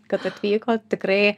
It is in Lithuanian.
kad atvykot tikrai